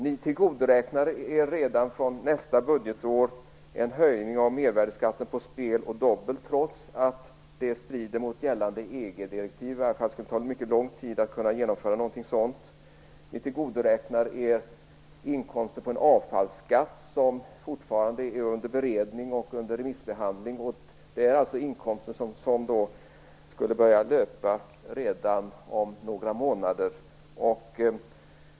Ni tillgodoräknar er redan från nästa budgetår en höjning av mervärdesskatten på spel och dobbel, trots att det strider mot gällande EG-direktiv. Det skulle i alla fall ta mycket lång tid att genomföra något sådant. Ni tillgodoräknar er inkomster från en avfallsskatt som fortfarande är under beredning och under remissbehandling. Det är alltså inkomster som skulle börja löpa redan om några månader.